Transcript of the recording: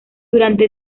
durante